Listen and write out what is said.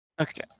Okay